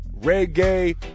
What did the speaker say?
reggae